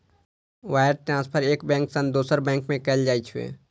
wire transfer एक bank सं दोसर बैंक में कैल जाइ छै